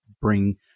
bring